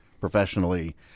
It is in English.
professionally